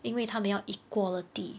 因为他们要 equality